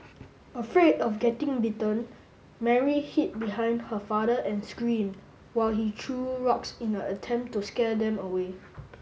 afraid of getting bitten Mary hid behind her father and screamed while he threw rocks in a attempt to scare them away